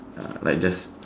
ya like just